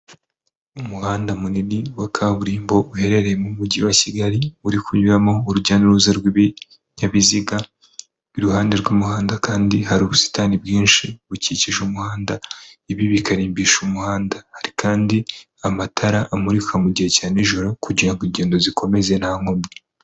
Umuhanda munini wa kaburimbo uherereye mu mujyi wa Kigali uri kunyumo urujya n'uruza rw'ibinyabiziga, iruhande rw'umuhanda kandi hari ubusitani bwinshi bukikije umuhanda ibi bikarimbisha umuhanda, hari kandi amatara amurika mu gihe cya nijoro kugira ngo ingendo zikomeze nta nkomyi.